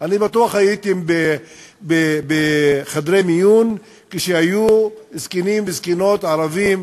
בטוח הייתם בחדרי מיון כשהיו זקנים וזקנות ערבים,